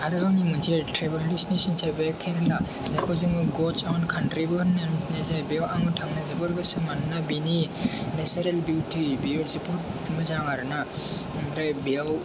आरो आंनि मोनसे ट्रेभेल लिस्टनि सिन हिसाबै केरेला जायखौ जों ग'ड्स औन कान्ट्रिबो होननाय जायो बेयाव आं थांनो जोबोर गोसो मानोना बिनि जे नेचारेल बिउटि बेयो जोबोद मोजां आरो ना ओमफ्राय बेयाव